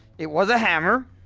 it was a hammer!